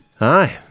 Aye